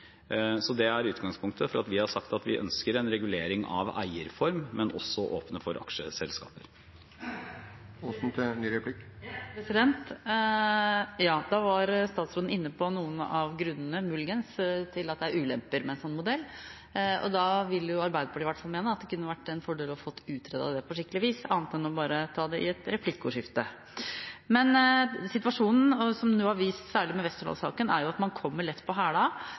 Det er utgangspunktet for at vi har sagt at vi ønsker en regulering av eierform, men også å åpne for aksjeselskap. Ja, statsråden var inne på noen av grunnene – muligens – til at det er ulemper med en slik modell. Da vil i hvert fall Arbeiderpartiet mene at det ville være en fordel å få dette utredet på skikkelig vis, ikke bare å ta det i et replikkordskifte. Men situasjonen som nå har vist seg, særlig med Westerdals-saken, er at man kommer lett på